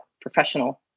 professional